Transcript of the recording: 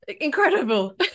Incredible